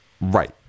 right